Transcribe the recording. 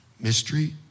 Mystery